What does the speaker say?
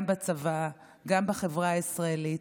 גם בצבא, גם בחברה הישראלית,